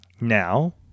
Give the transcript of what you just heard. Now